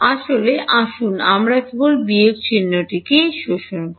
আসলে আসুন আমরা কেবল বিয়োগ চিহ্নটি শোষণ করি